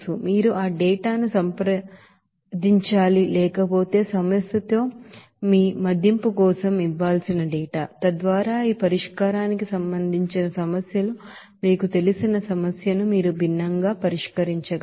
మీరు ఆ డేటాను సంప్రదించాలి లేకపోతే సమస్యలో మీ మదింపు కోసం ఇవ్వాల్సిన డేటా తద్వారా ఈ పరిష్కారానికి సంబంధించిన సమస్యలు మీకు తెలిసిన సమస్యను మీరు భిన్నంగా పరిష్కరించగలరు